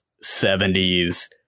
seventies